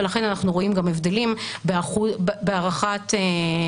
ולכן אנחנו רואים גם הבדלים בהערכת מועילות